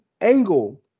angle